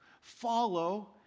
follow